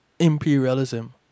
imperialism